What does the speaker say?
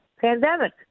pandemic